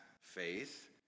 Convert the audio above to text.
faith